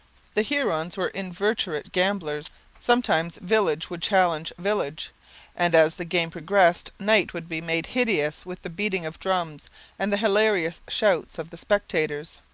the hurons were inveterate gamblers sometimes village would challenge village and, as the game progressed, night would be made hideous with the beating of drums and the hilarious shouts of the spectators.